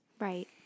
Right